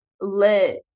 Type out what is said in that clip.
let